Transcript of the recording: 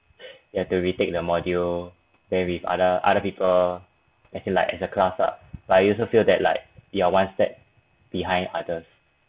you have to retake the module then with other other people actually like as a class lah like you also feel that like you're one step behind others